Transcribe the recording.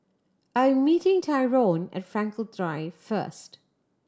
I am meeting Tyrone at Frankel Drive first